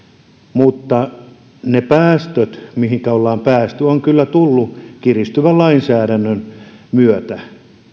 mutta ne päästöt mihinkä on päästy ovat kyllä tulleet kiristyvän lainsäädännön myötä